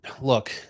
Look